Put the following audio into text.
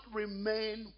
remain